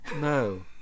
No